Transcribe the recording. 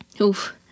Oof